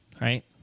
right